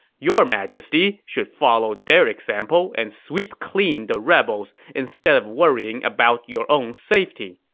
your majesty should follow their example and sweep clean the rebels instead of worrying about your own safety.